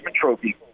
Trophy